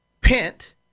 Pent